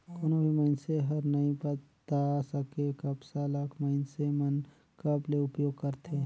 कोनो भी मइनसे हर नइ बता सके, कपसा ल मइनसे मन कब ले उपयोग करथे